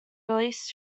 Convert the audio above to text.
released